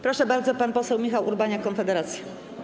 Proszę bardzo, pan poseł Michał Urbaniak, Konfederacja.